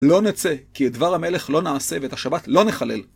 לא נצא, כי את דבר המלך לא נעשה, ואת השבת לא נחלל.